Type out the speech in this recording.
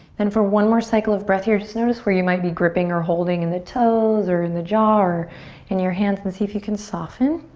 then for one more cycle of breath here just notice where you might be gripping or holding in the toes or in the jaw or in your hands and see if you can soften.